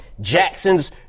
Jacksons